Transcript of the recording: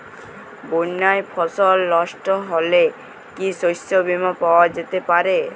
বন্যায় ফসল নস্ট হলে কি শস্য বীমা পাওয়া যেতে পারে?